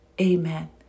Amen